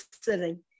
sitting